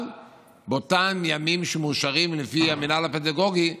אבל באותם ימים שמאושרים לפי המינהל הפדגוגי,